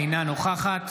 אינה נוכחת